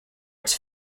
its